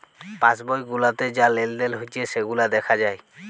pass বই গুলাতে যা লেলদেল হচ্যে সেগুলা দ্যাখা যায়